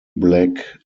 black